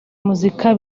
muzika